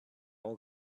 all